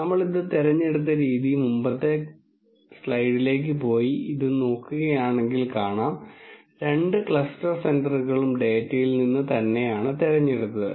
നമ്മൾ ഇത് തിരഞ്ഞെടുത്ത രീതി നിങ്ങൾ മുമ്പത്തെ സ്ലൈഡിലേക്ക് പോയി ഇത് നോക്കുകയാണെങ്കിൽ കാണാം രണ്ട് ക്ലസ്റ്റർ സെന്ററുകളും ഡാറ്റയിൽ നിന്ന് തന്നെയാണ് തിരഞ്ഞെടുത്തത്